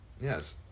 yes